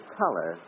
color